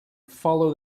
follow